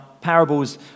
parables